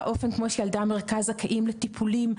האופן כמו שילדי המרכז זכאים לטיפולים,